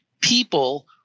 people